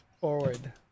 forward